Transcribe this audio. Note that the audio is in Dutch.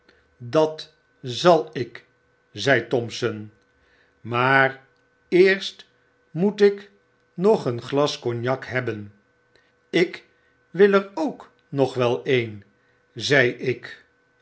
dat zal ik zei thompson maar eerst moet ik nog een glas cognac hebben ik wil er ook nog wel een zei ik